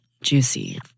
juicy